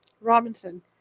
Robinson